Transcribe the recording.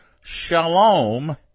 Shalom